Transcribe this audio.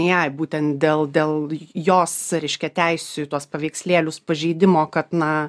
jai būtent dėl dėl jos reiškia teisių į tuos paveikslėlius pažeidimo kad na